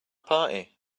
party